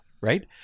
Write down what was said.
Right